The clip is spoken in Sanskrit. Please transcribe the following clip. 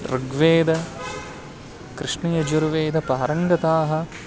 ऋग्वेदे कृष्णयजुर्वेदे पारङ्गताः